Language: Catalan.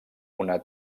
una